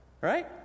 right